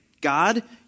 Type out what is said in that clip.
God